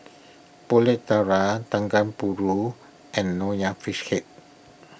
Pulut Tatal Dendeng Paru and Nonya Fish Head